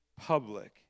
public